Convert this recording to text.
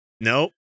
nope